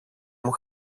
μου